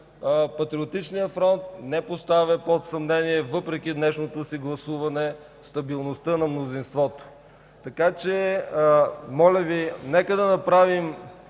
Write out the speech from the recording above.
Патриотичният фронт не поставя под съмнение, въпреки днешното си гласуване, стабилността на мнозинството. Така че нека да направим